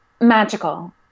magical